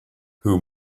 whom